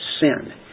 sin